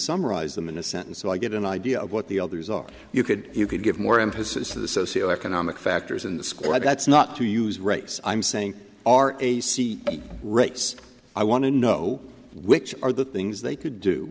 summarize them in a sentence so i get an idea of what the others are you could you could give more emphasis to the socioeconomic factors in the score and that's not to use race i'm saying are a seat race i want to know which are the things they could do